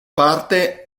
parte